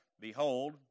Behold